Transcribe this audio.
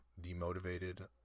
demotivated